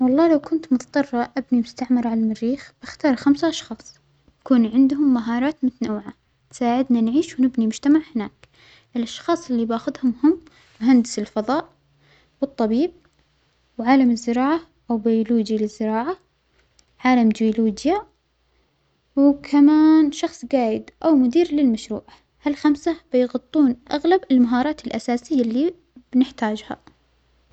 والله لو كنت مظطرة أبنى مستعمرة عالمريخ بختار خمس أشخاص يكون عندهم مهارات متنوعة تساعدنا نعيش ونبنى مجتمع هناك، الأشخاص اللى باخدهم هم مهندس الفظاء والطبيب وعالم الزراعة أو بيلوجى للزراعة عالم جيولوجيا وكمان شخص جايد أو مدير للمشروع، هالخمسة بيغطون أغلب المهارات الأساسية اللى بنحتاجها.